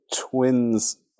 twins